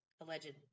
alleged